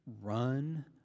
run